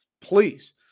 please